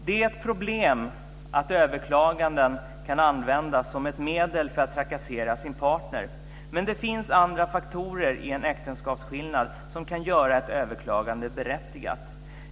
Det är ett problem att ett överklagande av dom på äktenskapsskillnad kan användas som ett medel för att trakassera sin partner. Men det finns andra faktorer i en äktenskapsskillnad som kan göra ett överklagande berättigat.